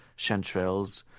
chanterelles,